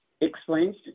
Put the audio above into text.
Explains